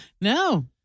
No